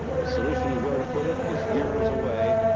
the solution of where to put it is years away.